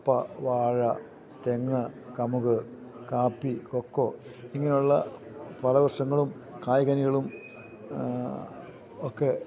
കപ്പ വാഴ തെങ്ങ് കമുക് കാപ്പി കൊക്കോ ഇങ്ങനെയുള്ള പല വൃക്ഷങ്ങളും കായികനികളും ഒക്കെ